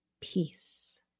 peace